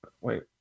Wait